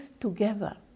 together